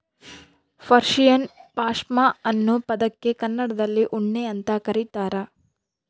Persian ಪಾಷ್ಮಾ ಅನ್ನೋ ಪದಕ್ಕೆ ಕನ್ನಡದಲ್ಲಿ ಉಣ್ಣೆ ಅಂತ ಕರೀತಾರ